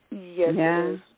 yes